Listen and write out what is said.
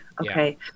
okay